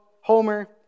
Homer